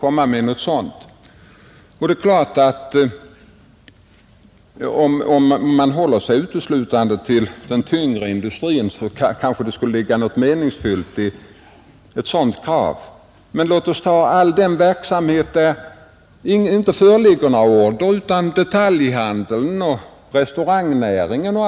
Om man håller sig uteslutande till den tyngre industrin kanske det skulle ligga något meningsfyllt i ett sådant krav. Men vad finns det för orderstock inom detaljhandeln eller restaurangnäringen?